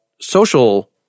social